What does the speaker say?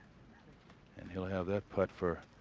and he'll have that putt for.